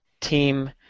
team